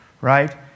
right